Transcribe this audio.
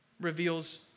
reveals